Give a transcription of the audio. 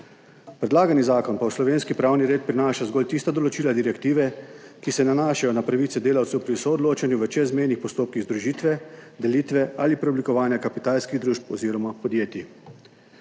Predlagani zakon pa v slovenski pravni red prenaša zgolj tista določila direktive, ki se nanašajo na pravice delavcev pri soodločanju v čezmejnih postopkih združitve, delitve ali preoblikovanja kapitalskih družb oziroma podjetij.